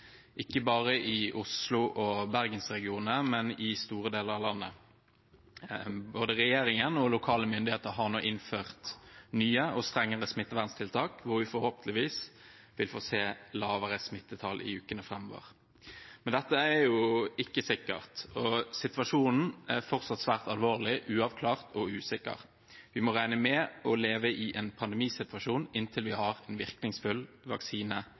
ikke bare i osloregionen og bergensregionen, men i store deler av landet. Både regjeringen og lokale myndigheter har nå innført nye og strengere smitteverntiltak, og forhåpentligvis vil vi få se lavere smittetall i ukene framover. Men dette er ikke sikkert. Situasjonen er fortsatt svært alvorlig, uavklart og usikker. Vi må regne med å leve i en pandemisituasjon inntil vi har en virkningsfull vaksine